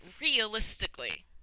realistically